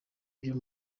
byo